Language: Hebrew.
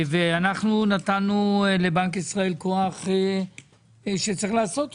ואנחנו נתנו לבנק ישראל כוח, שצריך לעשות אותו.